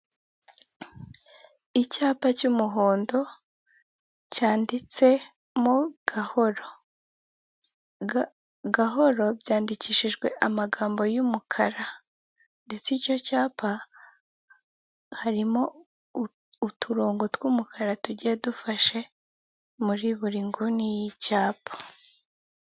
Icyapa cy'umuhondo cyanditsemo gahoro, Gahoro byandikishijwe amagambo y'umukara ndetse icyo cyapa harimo uturongo twumukara tugiye dufashe muri buri nguni y'icyapa.